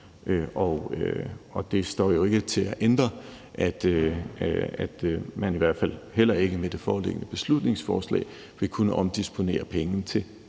og det står jo ikke til at ændre, at man i hvert fald heller ikke med det foreliggende beslutningsforslag vil kunne omdisponere penge til